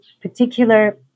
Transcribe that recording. particular